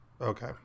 Okay